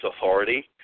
authority